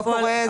זה לא קורה.